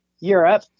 europe